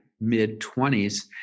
mid-20s